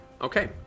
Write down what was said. Okay